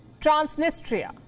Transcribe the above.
Transnistria